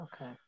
Okay